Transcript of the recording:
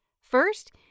First